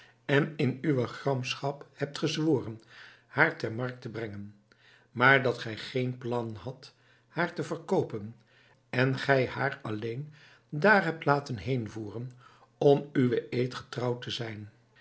en in uwe gramschap hebt gezworen haar ter markt te brengen maar dat gij geen plan hadt haar te verkoopen en gij haar alleen daar hebt laten heênvoeren om uwen eed getrouw te zijn